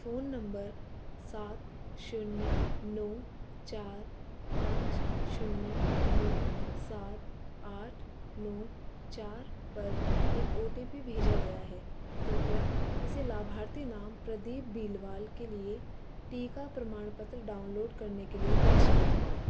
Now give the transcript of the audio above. phone number सात शून्य नौ चार पाँच शून्य नौ सात आठ नौ चार पर एक ओ टी पी भेजा गया है कृपया इसे लाभार्थी नाम प्रदीप बीलवाल के लिए टीका प्रमाणपत्र डाउनलोड करने के लिए दर्ज करें